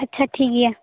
ᱟᱪᱪᱷᱟ ᱴᱷᱤᱠ ᱜᱮᱭᱟ